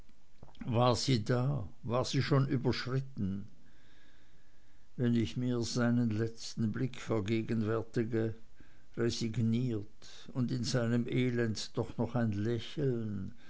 war sie da war sie schon überschritten wenn ich mir seinen letzten blick vergegenwärtige resigniert und in seinem elend doch noch ein lächeln